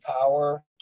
power